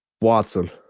Watson